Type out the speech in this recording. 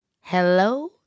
Hello